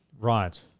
right